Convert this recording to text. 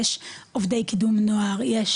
יש